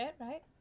right